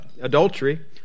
adultery